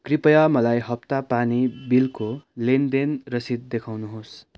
कृपया मलाई हप्ता पानी बिलको लेनदेन रसिद देखाउनुहोस्